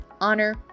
honor